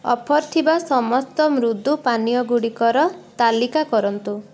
offer ଥିବା ସମସ୍ତ ମୃଦୁ ପାନୀୟ ଗୁଡ଼ିକର ତାଲିକା କରନ୍ତୁ